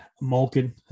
Malkin